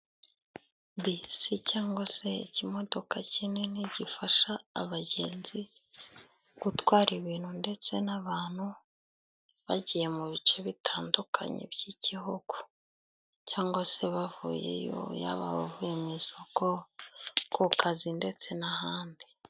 Bisi cyangwa se ikimodoka kinini gifasha abagenzi gutwara ibintu ndetse n'abantu bagiye mu bice bitandukanye by'igihugu cyangwa se bavuyeyo yaba abavuye mu isoko, ku kazi ndetse n'ahandi.